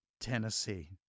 Tennessee